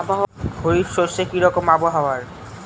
খরিফ শস্যে কি রকম আবহাওয়ার?